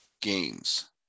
games